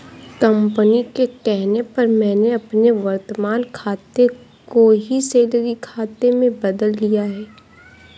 company के कहने पर मैंने अपने वर्तमान खाते को ही सैलरी खाते में बदल लिया है